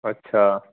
ਅੱਛਾ